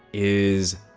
is.